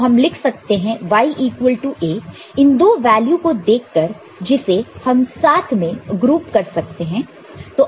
तो हम लिख सकते हैं Y इक्वल टू A इन दो वैल्यू को देखकर जिसे हम साथ में ग्रुप कर सकते हैं